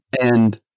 And-